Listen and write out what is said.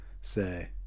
say